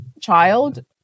child